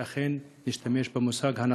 ואכן נשתמש במושג החדש,